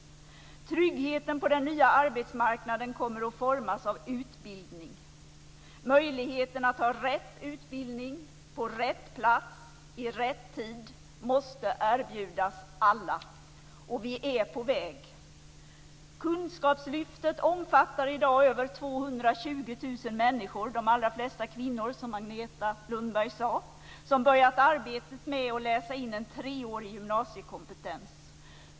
Tryggheten på den nya arbetsmarknaden kommer att formas av utbildning. Möjligheten att få rätt utbildning på rätt plats i rätt tid måste erbjudas alla, och vi är på väg dit. Kunskapslyftet omfattar i dag över 220 000 människor - de allra flesta kvinnor, som Agneta Lundberg sade - som har börjat arbetet med att läsa in treårig gymnasiekompetens.